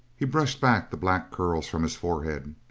he brushed back the black curls from his forehead.